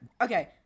okay